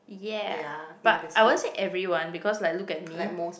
ya but I won't say everyone because like look at me